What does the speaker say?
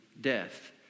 death